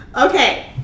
Okay